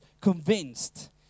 convinced